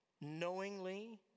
knowingly